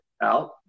out